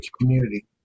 community